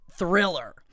Thriller